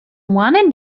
wanted